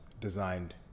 designed